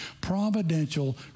providential